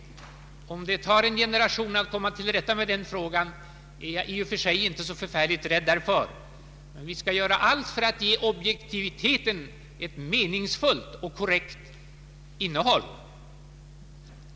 Om det tar en generation att komma till rätta med den frågan är jag i och för sig inte så förfärligt rädd därför. Vi skall göra allt för att ge objektiviteten ett meningsfullt och korrekt innehåll.